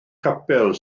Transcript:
capel